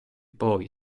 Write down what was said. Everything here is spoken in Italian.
poi